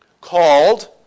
called